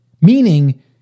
meaning